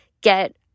get